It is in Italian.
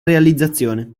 realizzazione